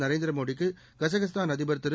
நரேந்திரமோடிக்கு கசகஸ்தான் அதிபர் திரு